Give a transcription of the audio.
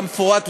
כמפורט להלן: